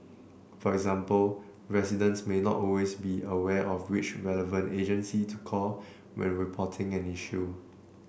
for example residents may not always be aware of which relevant agency to call when reporting an issue